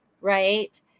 right